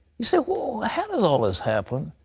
you say, how did all of this happen?